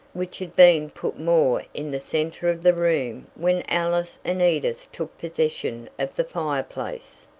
which had been put more in the center of the room when alice and edith took possession of the fireplace.